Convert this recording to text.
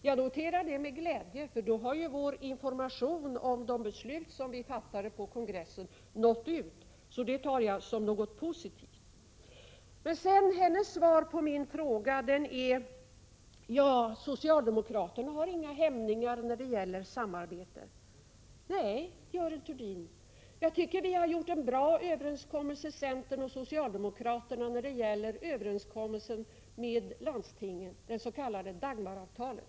Jag noterar detta med glädje, eftersom vår information om de beslut som vi fattade på kongressen tydligen har nått ut. Det betraktar jag som någonting positivt. Hennes svar på min fråga lyder: Ja, socialdemokraterna har inga hämningar när det gäller samarbete. Nej, Görel Thurdin, jag tycker att centern och socialdemokraterna har träffat en bra överenskommelse i fråga om landstingen, det s.k. Dagmaravtalet.